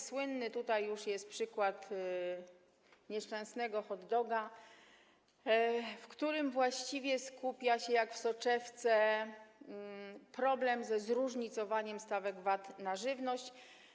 Słynny tutaj już jest przykład nieszczęsnego hot doga, w którym właściwie skupia się jak w soczewce problem ze zróżnicowaniem stawek VAT na żywność.